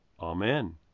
amen